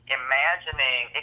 imagining